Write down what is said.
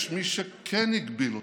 יש מי שכן הגביל אותה,